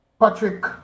Patrick